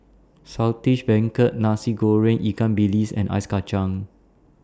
Saltish Beancurd Nasi Goreng Ikan Bilis and Ice Kacang